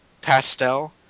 pastel